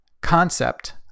concept